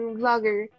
vlogger